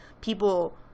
People